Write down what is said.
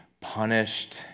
punished